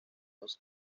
los